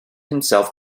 himself